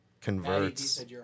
converts